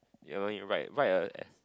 you know you write write a